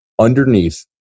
underneath